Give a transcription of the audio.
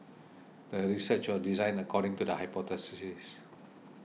the research was designed according to the hypothesis